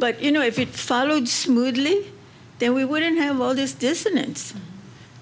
but you know if you followed smoothly then we wouldn't have all this dissonance